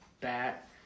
bat